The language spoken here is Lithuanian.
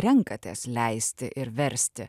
renkatės leisti ir versti